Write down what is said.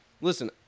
Listen